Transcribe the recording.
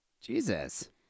Jesus